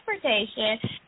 transportation